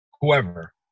whoever